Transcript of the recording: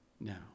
now